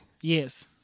yes